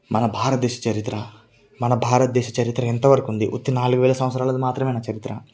మన భారతదేశ చరిత్ర మన భారతదేశ చరిత్ర ఎంత వరకు ఉంది ఉత్తి నాలుగు వేల సంవత్సరాలది మాత్రమేనా చరిత్ర